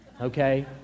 okay